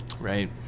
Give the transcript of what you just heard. Right